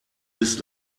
bis